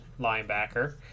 linebacker